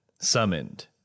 Summoned